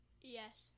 Yes